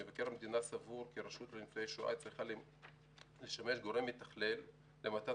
מבקר המדינה סבור כי הרשות לניצולי שואה צריכה לשמש כגורם המתכלל למתן